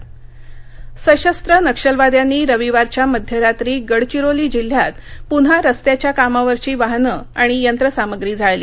नक्षलहल्ला गडचिरोली सशस्त्र नक्षलवाद्यांनी रविवारच्या मध्यरात्री गडचिरोली जिल्ह्यात पुन्हा रस्त्याच्या कामावरची वाहनं आणि यंत्रसामग्री जाळली